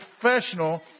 professional